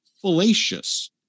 fallacious